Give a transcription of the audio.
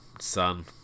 son